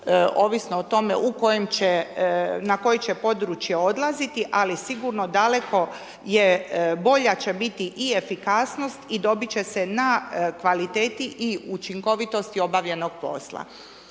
u kojem će na koje će područje odlaziti, ali sigurno daleko je bolja će biti i efikasnost i dobiti će se na kvaliteti i učinkovitosti obavljenog posla.